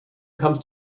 comes